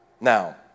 Now